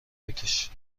بکش